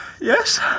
Yes